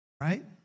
Right